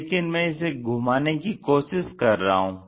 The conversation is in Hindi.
लेकिन मैं इसे घुमाने की कोशिश कर रहा हूँ